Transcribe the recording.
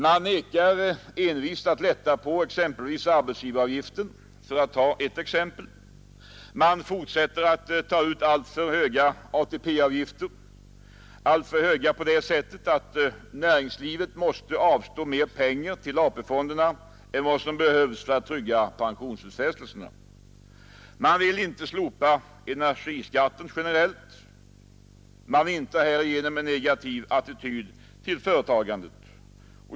Man nekar envist att lätta på arbetsgivaravgiften — för att ta ett exempel — och man fortsätter att ta ut alltför höga ATP-avgifter, alltför höga på det sättet att näringslivet måste avstå mer pengar till AP-fonderna än som behövs för att trygga pensionsutfästelserna. Man vill inte slopa energiskatten generellt. Man visar härigenom en negativ attityd till företagandet.